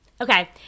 Okay